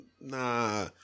nah